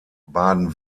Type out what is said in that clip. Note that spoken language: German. baden